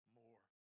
more